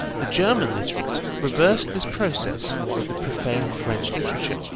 the german literate reversed this process with the profane french literature.